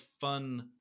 fun